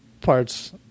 parts